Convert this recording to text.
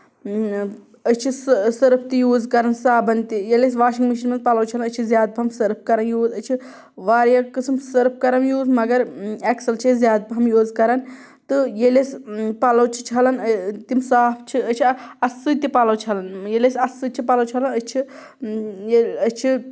أسۍ چھِ سٔ سٔرٕف تہِ یوٗز کران صابن تہِ ییٚلہِ أسۍ واشِنگ مِشیٖن منٛز پَلو چھلان أسۍ چھِ زیادٕ پَہم سٔرٕف کران یوٗز أسۍ چھِ واریاہ قٔسٕم سٔرٕف کران یوٗز مَگر ایٚکسل چھِ أسۍ زیادٕ پہم یوٗز کران تہٕ ییٚلہِ أسۍ پَلو چھِ چھلان تہٕ صاف چھِ أسۍ چھِ اَتھٕ سۭتۍ تہِ پَلو چھلان ییٚلہِ أسۍ اَتہٕ سۭتۍ چھِ پَلو چھَلان أسۍ چھِ یہِ أسۍ چھِ